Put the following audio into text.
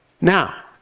now